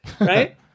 right